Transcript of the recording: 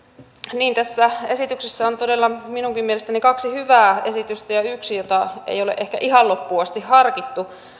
niin tässä esityksessä on todella minunkin mielestäni kaksi hyvää esitystä ja yksi jota ei ole ehkä ihan loppuun asti harkittu